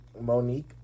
Monique